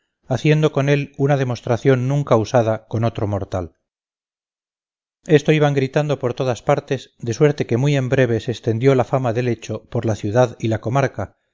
haciendo con él una demostración nunca usada con otro mortal esto iban gritando por todas partes de suerte que muy en breve se extendió la fama del hecho por la ciudad y la comarca